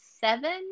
seven